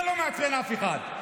זה לא מעצבן אף אחד.